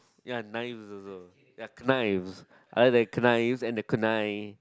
ya knives also ya knives other than knives and the knives